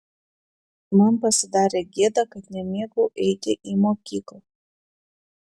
man pasidarė gėda kad nemėgau eiti į mokyklą